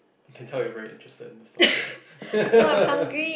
I can tell you're very interested in this topic